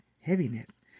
heaviness